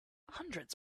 hundreds